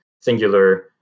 singular